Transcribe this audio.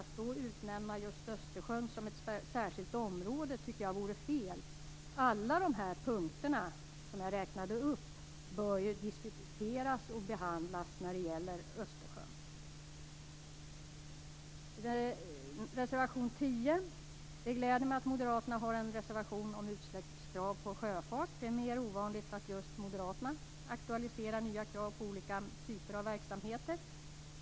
Att utnämna just Östersjön till ett särskilt område tycker jag vore fel. Alla de punkter som jag räknade upp när det gäller Östersjön bör diskuteras och behandlas. Det gläder mig att moderaterna har en reservation, nr 10, om utsläppskrav på sjöfart. Det är ovanligt att just moderaterna aktualiserar nya krav på olika typer av verksamheter.